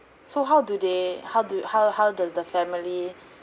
so how do they how do how how does the family